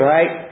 Right